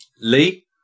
Lee